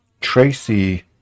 Tracy